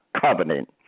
covenant